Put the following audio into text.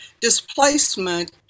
Displacement